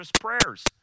prayers